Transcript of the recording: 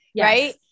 Right